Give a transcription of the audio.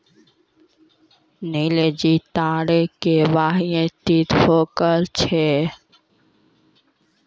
नीलम जी तोरो के.वाई.सी होलो छौं?